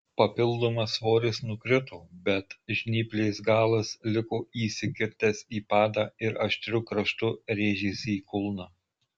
papildomas svoris nukrito bet žnyplės galas liko įsikirtęs į padą ir aštriu kraštu rėžėsi į kulną